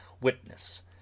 witness